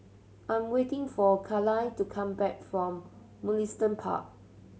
I am waiting for Cayla to come back from Mugliston Park